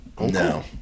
No